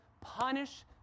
punish